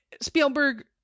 spielberg